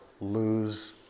lose